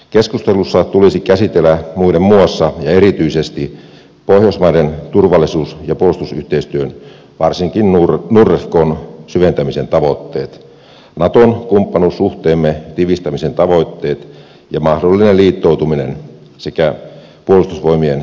keskustelussa tulisi käsitellä muiden muassa ja erityisesti pohjoismaiden turvallisuus ja puolustusyhteistyön varsinkin nordefcon syventämisen tavoitteet nato kumppanuussuhteemme tiivistämisen tavoitteet ja mahdollinen liittoutuminen sekä puolustusvoimien määrärahatavoitteet